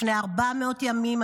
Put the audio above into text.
לפני 400 ימים.